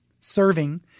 serving